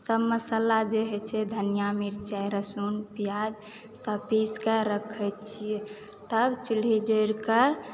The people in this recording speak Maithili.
सब मसाला जे जे छै धनियाँ मिरचाइ रसुन प्याज सब पीस कऽ रखै छिऐ तब चुल्ही जोड़िकऽ